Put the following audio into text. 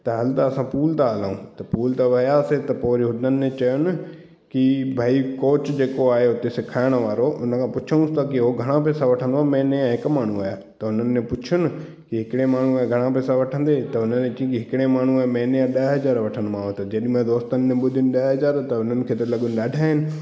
त हलु त असां पूल था हलूं त पूल ते वियासीं त पोइ वरी हुननि चयुनि की भाई कॉच जेको आहे उते सिखाइण वारो उन खं पुछऊंसि त की हू घणो पैसो वठंदो महिने जो हिकु माण्हूअ जा त उन्हनि ने पुछो की हिकिड़े माण्हूअ जा घणा पैसा वठंदे त उन ए चईं की हिकिड़े माण्हूअ जो महिने जो ॾह हज़ार वठंदोमांव त जेॾीमहिल दोस्तनि ने ॿुधो ॾह हज़ार त उन्हनि खे लॻो ॾाढा आहिनि